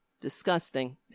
disgusting